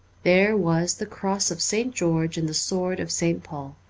there was the cross of st. george and the sword of st. paul.